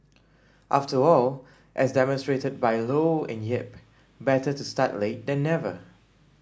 after all as demonstrated by Low and Yip better to start late then never